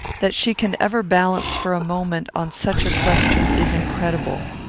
that she can ever balance for a moment, on such a question, is incredible.